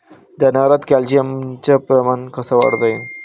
जनावरात कॅल्शियमचं प्रमान कस वाढवता येईन?